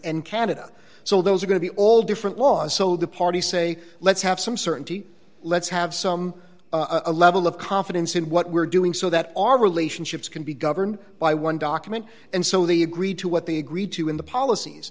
and canada so those are going to be all different laws so the parties say let's have some certainty let's have some a level of confidence in what we're doing so that our relationships can be governed by one document and so they agreed to what they agreed to in the policies